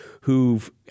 who've